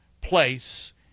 place